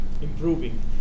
improving